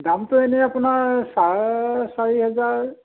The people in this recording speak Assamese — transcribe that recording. দামটো এনেই আপোনাৰ চাৰে চাৰি হাজাৰ